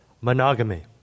Monogamy